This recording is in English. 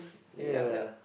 yeah